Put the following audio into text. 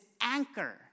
anchor